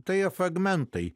tai fragmentai